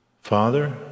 Father